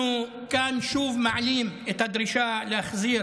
אנחנו כאן שוב מעלים את הדרישה להחזיר